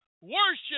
worship